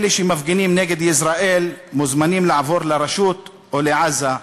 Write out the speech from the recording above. אלה שמפגינים נגד ישראל מוזמנים לעבור לרשות או לעזה,